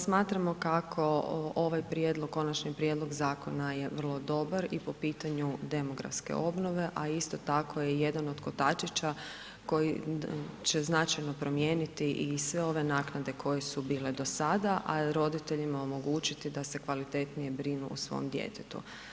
Smatramo kako ovaj prijedlog, konačni prijedlog zakona je vrlo dobar i po pitanju demografske obnove, a isto tako je jedan od kotačića koji će značajno promijeniti i sve ove naknade koje su bile do sada, a roditeljima omogućiti da se kvalitetnije brinu o svom djetetu.